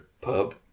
pub